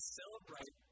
celebrate